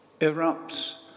erupts